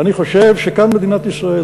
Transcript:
אני חושב שכאן מדינת ישראל,